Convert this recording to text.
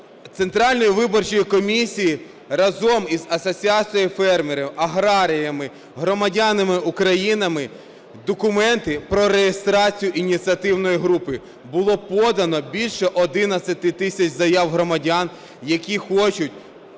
Центральної виборчої комісії разом із Асоціацією фермерів, аграріями, громадянами України документи про реєстрацію ініціативної групи. Було подано більше 11 тисяч заяв громадян, які хочуть